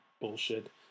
bullshit